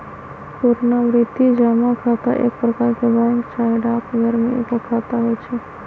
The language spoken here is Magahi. पुरनावृति जमा खता एक प्रकार के बैंक चाहे डाकघर में एगो खता होइ छइ